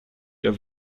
der